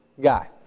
guy